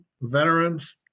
veterans